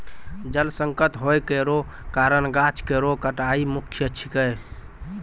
जल संकट होय केरो कारण गाछ केरो कटाई मुख्य छिकै